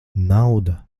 nauda